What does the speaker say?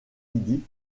midi